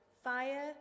Fire